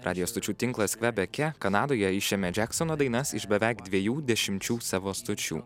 radijo stočių tinklas kvebeke kanadoje išėmė džeksono dainas iš beveik dviejų dešimčių savo stočių